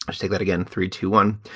say that again, three to one,